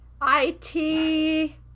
I-T